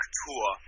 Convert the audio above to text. tour